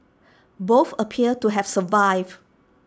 both appeared to have survived